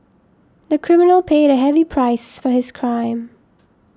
the criminal paid a heavy price for his crime